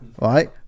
Right